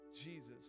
Jesus